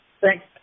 Thanks